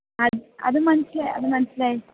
അത് അത് മനസിലായി അത് മനസിലായി